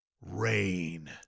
Rain